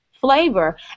flavor